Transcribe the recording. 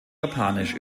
japanisch